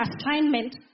assignment